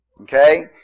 Okay